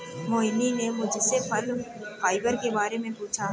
मोहिनी ने मुझसे फल फाइबर के बारे में पूछा